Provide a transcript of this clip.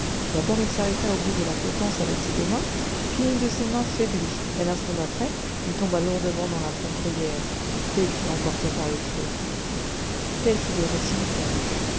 d'abord il s'arrêta au bout de la potence avec ses deux mains puis une de ses mains faiblit et l'instant d'après il tomba lourdement dans la fondrière et il fut emporté par les flots tel fut le récit du pendu